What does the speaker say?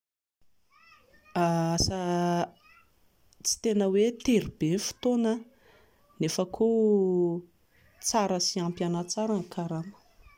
Asa tsy tena hoe tery be ny fotoana nefa koa tsara sy ampy ahy tsara ny karama